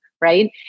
right